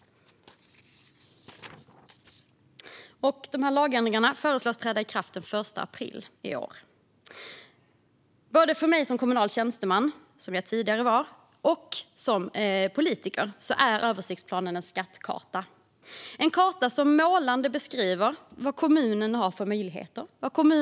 Lagändringarna föreslås träda i kraft den 1 april i år. För mig, både som kommunal tjänsteman som jag var tidigare och som politiker, är översiktsplanen en skattkarta. Det är en karta som målande beskriver kommunens möjligheter och vilja.